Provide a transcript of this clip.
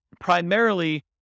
primarily